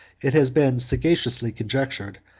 it has been sagaciously conjectured,